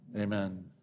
amen